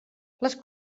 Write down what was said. les